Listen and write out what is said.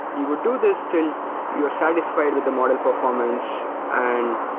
you would do this till you're satisfied with the model performance and